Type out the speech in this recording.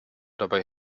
dabei